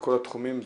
בכל התחומים,